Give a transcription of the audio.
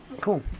cool